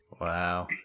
Wow